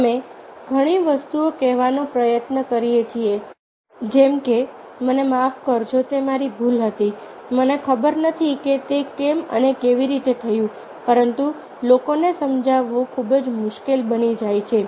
અમે ઘણી વસ્તુઓ કહેવાનો પ્રયત્ન કરીએ છીએ જેમ કે મને માફ કરજો તે મારી ભૂલ હતી મને ખબર નથી કે તે કેમ અને કેવી રીતે થયું પરંતુ લોકોને સમજાવવું ખૂબ મુશ્કેલ બની જાય છે